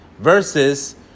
Versus